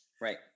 Right